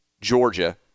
Georgia